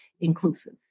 inclusive